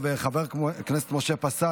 התשפ"ד 2023, של חברי הכנסת משה פסל,